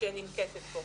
שננקטת כאן.